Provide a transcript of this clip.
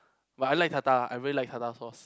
but I like tartar I really like tartar sauce